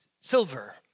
silver